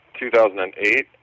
2008